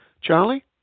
Charlie